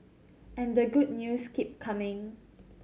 and the good news keep coming